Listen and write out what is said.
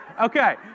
Okay